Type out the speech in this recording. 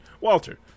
Walter